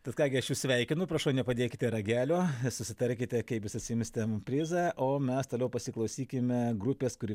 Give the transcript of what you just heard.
tad ką gi aš jus sveikinu prašau nepadėkite ragelio susitarkite kaip jūs atsiimsite prizą o mes toliau pasiklausykime grupės kuri